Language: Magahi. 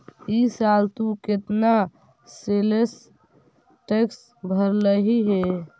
ई साल तु केतना सेल्स टैक्स भरलहिं हे